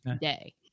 day